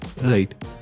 Right